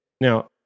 now